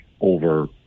over